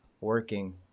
working